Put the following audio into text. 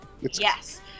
Yes